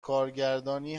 کارگردانی